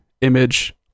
image